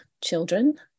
children